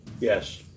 Yes